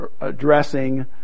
addressing